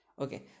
okay